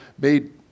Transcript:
made